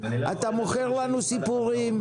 אתה מוכר לנו סיפורים,